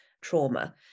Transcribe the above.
trauma